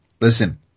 listen